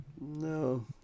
No